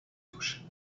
touche